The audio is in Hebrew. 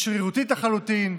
היא שרירותית לחלוטין.